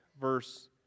verse